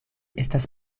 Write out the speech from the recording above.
estas